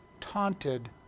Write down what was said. taunted